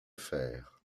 fer